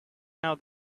now